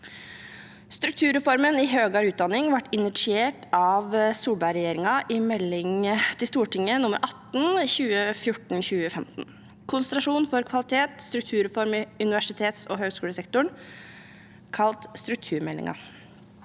Strukturreformen innen høyere utdanning ble initiert av Solberg-regjeringen i Meld. St. 18 for 2014–2015, «Konsentrasjon for kvalitet – Strukturreform i universitets- og høyskolesektoren», kalt strukturmeldingen.